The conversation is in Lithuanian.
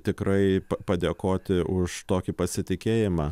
tikrai padėkoti už tokį pasitikėjimą